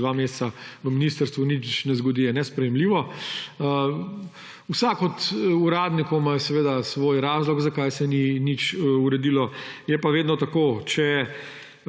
dva meseca na ministrstvu nič ne zgodi, je nesprejemljivo. Vsak od uradnikov imajo seveda svoj razlog, zakaj se ni nič uredilo, je pa vedno tako, če